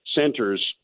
centers